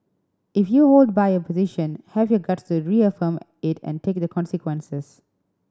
if you hold by your position have your guts to reaffirm it and take the consequences